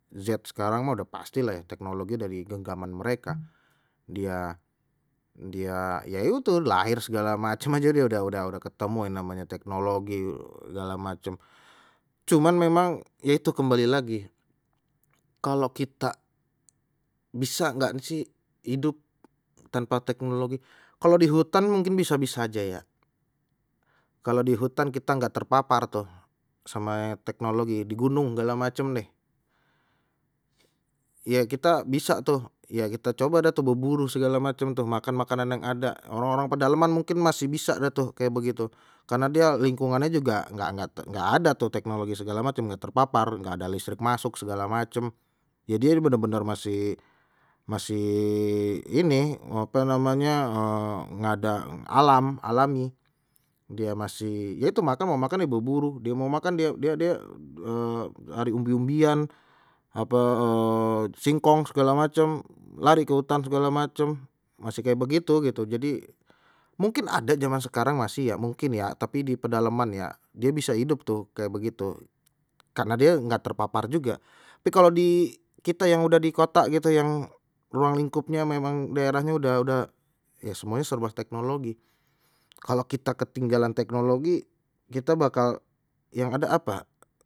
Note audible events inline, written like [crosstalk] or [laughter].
Z sekarang mah udah pasti lah ya teknologi dari genggaman mereka dia dia ya itu lahir segala macam aja dia udah udah udah ketemu yang namanya teknologi segala macam, cuman memang ya itu kembali lagi kalau kita bisa nggak sih hidup tanpa teknologi kalau di hutan mungkin bisa-bisa aja ya, kalau di hutan kita nggak terpapar tuh same teknologi di gunung segala macam nih, ya kita bisa tuh ya kita coba dah tu berburu segala macam tuh makan makanan yang ada orang-orang pedalaman mungkin masih bisa dah tu kayak begitu, karena dia lingkungannya juga nggak ngak ngak ada tuh teknologi segala macam, nggak terpapar nggak ada listrik masuk segala macam ya dia benar-benar masih masih ini apa namanya nggak ada alam alami, dia masih ya itu makan mau makan ya berburu, dia mau makan dia dia dia [hesitation] nyari umbi-umbian apa [hesitation] singkong segala macam lari ke hutan segala macam, masih kayak begitu gitu jadi mungkin ada zaman sekarang masih ya mungkin ya tapi di pedalaman ya dia bisa hidup tuh kayak begitu karena dia nggak terpapar juga, tapi kalau di kita yang udah di kota gitu yang ruang lingkupnya memang daerahnya udah udah ya semuanya serba teknologi. Kalau kita ketinggalan teknologi kita bakal yang ada apa.